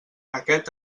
aquest